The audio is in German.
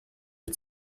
wir